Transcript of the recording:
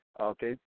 Okay